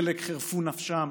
חלק חירפו את נפשם